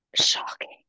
Shocking